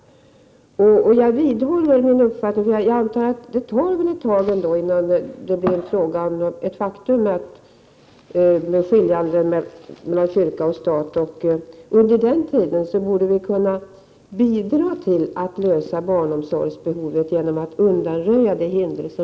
1988/89:96 Jag vidhåller min uppfattning, för jag antar att det ändå tar ett taginnan det — 13 april 1989 blir ett faktum att kyrkan skiljs från staten. Under tiden borde vi kunna bidra till att tillgodose barnomsorgsbehovet genom att undanröja de hinder som